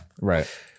Right